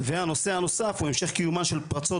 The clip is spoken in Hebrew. והנושא הנוסף הוא המשך קיומם של פרצות